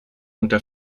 unter